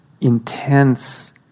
intense